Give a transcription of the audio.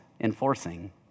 enforcing